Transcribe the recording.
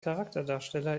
charakterdarsteller